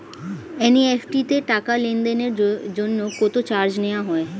NEFT তে টাকা লেনদেনের জন্য কত চার্জ নেয়া হয়?